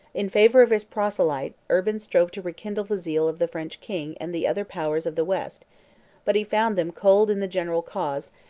in favor of his proselyte, urban strove to rekindle the zeal of the french king and the other powers of the west but he found them cold in the general cause,